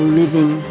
living